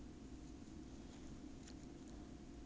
可以 what 上面穿窄一点 lah